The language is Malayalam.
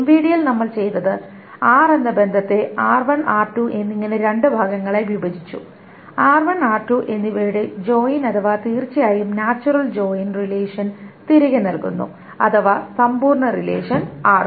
MVD യിൽ നമ്മൾ ചെയ്തത് R എന്ന ബന്ധത്തെ R1 R2 എന്നിങ്ങനെ രണ്ട് ഭാഗങ്ങളായി വിഭജിച്ചു R1 R2 എന്നിവയുടെ ജോയിൻ അഥവാ തീർച്ചയായും നാച്ചുറൽ ജോയിൻ റിലേഷൻ തിരികെ നൽകുന്നു അഥവാ സമ്പൂർണ്ണ റിലേഷൻ R